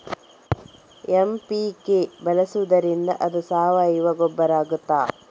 MPK ಬಳಸಿದ್ದರಿಂದ ಅದು ಸಾವಯವ ಗೊಬ್ಬರ ಆಗ್ತದ?